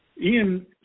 Ian